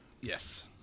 Yes